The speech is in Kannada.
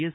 ಎಸ್